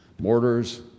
mortars